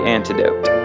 Antidote